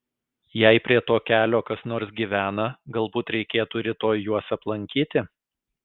jei prie to kelio kas nors gyvena galbūt reikėtų rytoj juos aplankyti